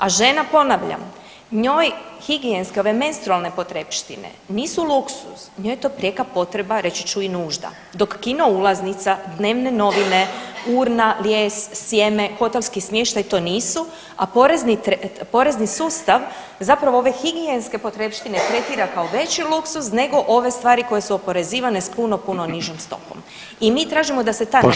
A žena ponavljam, njoj higijenske ove menstrualne potrepštine nisu luksuz njoj je to prijeka potreba, reći ću i nužda dok kino ulaznica, dnevne novine, urna, lijes, sjeme, hotelski smještaj to nisu, a porezni sustav zapravo ove higijenske potrepštine tretira kao veći luksuz nego ove stvari koje su oporezivane s puno puno nižom stopom i mi tražimo da se ta nepravda ispravi.